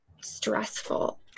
stressful